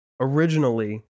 Originally